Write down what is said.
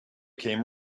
came